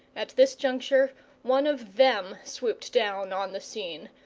at this juncture one of them swooped down on the scene,